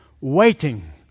waiting